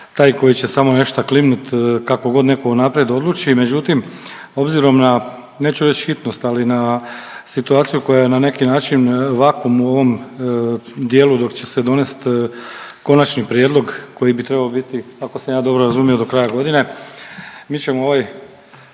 taj koji će samo nešta klimnut kakogod neko unapred odluči, međutim obzirom na neću reći hitnost, ali na situaciju koja je na neki način vakuum u ovom dijelu dok će se donest konačni prijedlog koji bi trebao biti ako sam ja dobro razumio do kraja godine. Mi ćemo ovaj